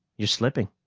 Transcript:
you're slipping.